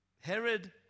Herod